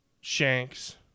Shanks